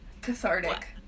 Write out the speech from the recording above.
cathartic